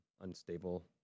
unstable